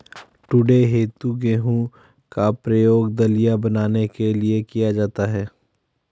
टूटे हुए गेहूं का प्रयोग दलिया बनाने के लिए किया जाता है